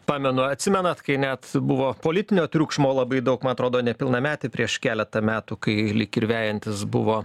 pamenu atsimenat kai net buvo politinio triukšmo labai daug man atrodo nepilnametį prieš keletą metų kai lyg ir vejantis buvo